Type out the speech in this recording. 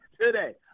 today